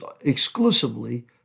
exclusively